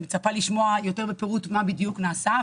אני מצפה לשמוע יותר בפירוט מה בדיוק נעשה,